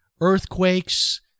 earthquakes